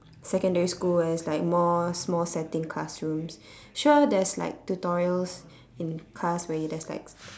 secondary school where it's like more small setting classrooms sure there's like tutorials in class where you there's like